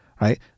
right